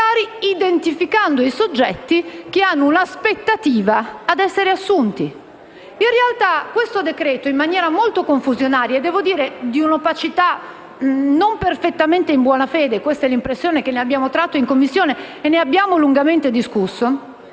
magari identificando i soggetti che hanno un'aspettativa ad essere assunti. In realtà questo decreto-legge, in maniera molto confusionaria e devo dire di un'opacità non perfettamente in buona fede (questa è l'impressione che ne abbiamo tratto in Commissione e ne abbiamo lungamente discusso),